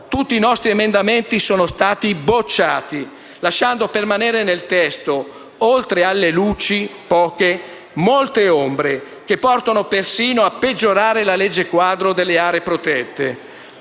tutti i nostri emendamenti sono stati respinti, lasciando permanere nel testo, oltre alle luci (poche), molte ombre, che portano persino a peggiore la legge quadro delle aree protette.